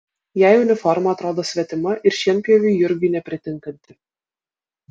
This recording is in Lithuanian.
jai uniforma atrodo svetima ir šienpjoviui jurgiui nepritinkanti